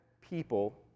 people